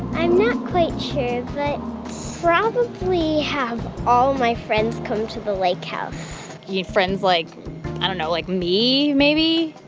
i'm not quite sure but probably have all my friends come to the lake house yeah friends like i don't know like me, maybe?